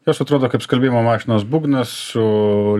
jos atrodo kaip skalbimo mašinos būgnas su